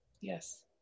Yes